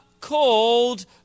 called